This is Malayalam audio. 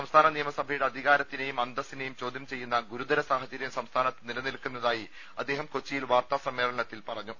സംസ്ഥാന നിയമസഭയുടെ അധികാരത്തിനെയും അന്തസ്സിനെയും ചോദ്യം ചെയ്യുന്ന ഗുരുതര സാഹചര്യം സംസ്ഥാനത്ത് നിലനിൽക്കുന്നതായി അദ്ദേഹം കൊച്ചിയിൽ വാർത്താസമ്മേളനത്തിൽ പറഞ്ഞു